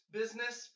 business